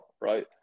right